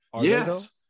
Yes